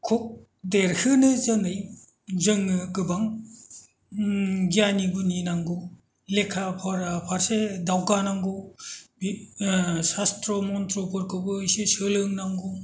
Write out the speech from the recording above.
खुब देरहोनो जोनै जोङो गोबां गियानि गुनि नांगौ लेखा फरा फारसे दावगानांगौ बे शास्त्र' मन्थ्र'फोरखौबो इसे सोलोंनांगौ